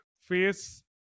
face